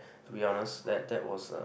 be honest that that was a